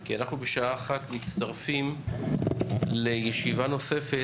כי אנחנו בשעה 13:00 מצטרפים לישיבה נוספת